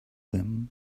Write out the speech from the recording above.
them